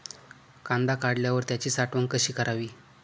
कांदा काढल्यावर त्याची साठवण कशी करावी?